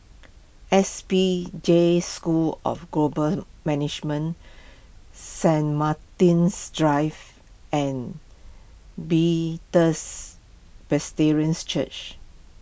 S P Jain School of Global Management Saint Martin's Drive and Bethels Presbyterian Church